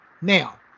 Now